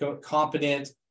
competent